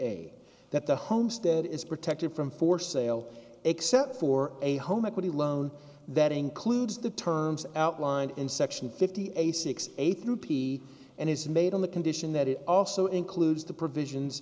eight that the homestead is protected from for sale except for a home equity loan that includes the terms outlined in section fifty eight six a through p and is made on the condition that it also includes the provisions